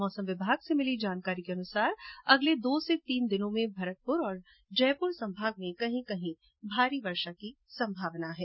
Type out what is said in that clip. मौसम विमाग से मिली जानकारी के अनुसार अगले दो से तीन दिन में भरतपुर और जयपुर संभाग में कहीं कहीं भारी वर्षा की संभावना है